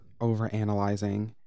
overanalyzing